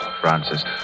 Francis